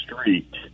street